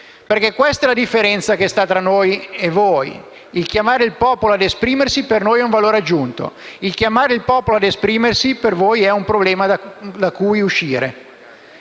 perché questa è la differenza che sta tra noi e voi: chiamare il popolo a esprimersi per noi è un valore aggiunto, mentre per voi è un problema da cui uscire.